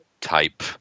type